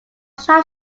shall